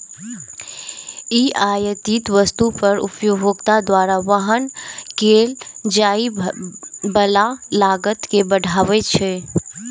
ई आयातित वस्तु पर उपभोक्ता द्वारा वहन कैल जाइ बला लागत कें बढ़बै छै